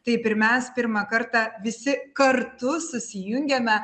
taip ir mes pirmą kartą visi kartu susijungėme